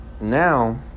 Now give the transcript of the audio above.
now